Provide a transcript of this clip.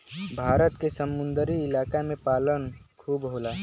भारत के समुंदरी इलाका में पालन खूब होला